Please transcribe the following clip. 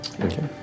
Okay